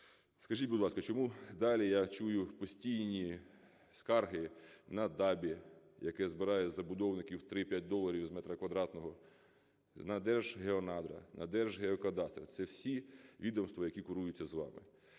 Скажіть, будь ласка, чому далі я чую постійні скарги на ДАБІ, яке збирає з забудовників 3-5 доларів з метра квадратного, на Держгеонадра, на Держгеокадастр? Це всі відомства, які куруються вами.